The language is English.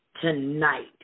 tonight